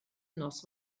nos